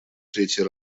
третий